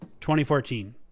2014